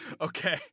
Okay